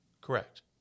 Correct